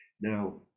now